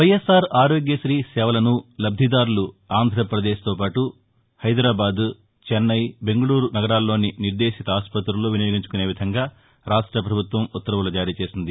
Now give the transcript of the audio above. వైఎస్ఆర్ ఆరోగ్యశీ సేవలను లబ్దిదారులు ఆంధ్రపదేశ్తో పాటు హైదరాబాద్ చెన్నై బెంగుళూరు నగరాల్లోని నిర్దేశిత ఆసుపత్రుల్లో వినియోగించుకునే విధంగా రాష్ట ప్రభుత్వం నిన్న ఉత్తర్వులు జారీ చేసింది